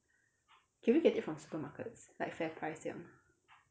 can we get it from supermarkets like fairprice 这样